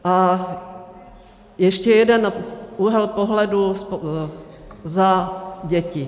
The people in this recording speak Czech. A ještě jeden úhel pohledu za děti.